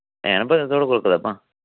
हैन तोआढ़े कोल कताबां